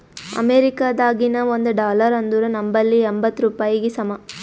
ಅಮೇರಿಕಾದಾಗಿನ ಒಂದ್ ಡಾಲರ್ ಅಂದುರ್ ನಂಬಲ್ಲಿ ಎಂಬತ್ತ್ ರೂಪಾಯಿಗಿ ಸಮ